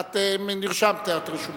את רשומה.